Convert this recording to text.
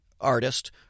artist